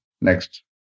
Next